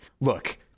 look